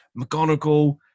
McGonagall